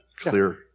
clear